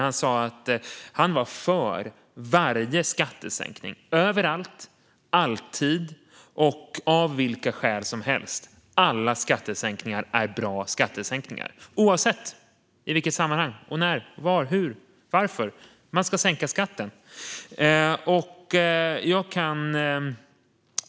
Han sa att han var för varje skattesänkning, överallt, alltid och av vilka skäl som helst. Alla skattesänkningar är bra skattesänkningar, oavsett i vilket sammanhang, när, var, hur och varför. Man ska sänka skatten.